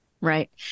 right